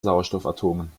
sauerstoffatomen